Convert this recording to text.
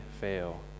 fail